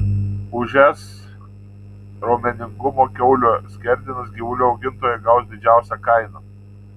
už s raumeningumo kiaulių skerdenas gyvulių augintojai gaus didžiausią kainą